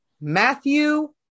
Matthew